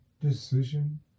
Decision